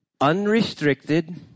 Unrestricted